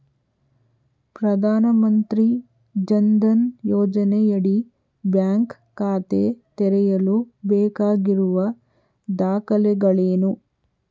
ಪ್ರಧಾನಮಂತ್ರಿ ಜನ್ ಧನ್ ಯೋಜನೆಯಡಿ ಬ್ಯಾಂಕ್ ಖಾತೆ ತೆರೆಯಲು ಬೇಕಾಗಿರುವ ದಾಖಲೆಗಳೇನು?